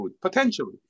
potentially